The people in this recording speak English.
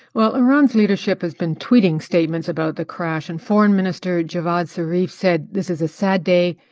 well, iran's leadership has been tweeting statements about the crash. and foreign minister javad zarif said this is a sad day,